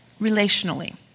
relationally